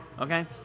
okay